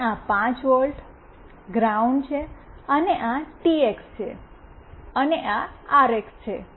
તેને આ 5 volt ground છે અને આ ટીએક્સ છે અને આ આરએક્સ છે